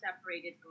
separated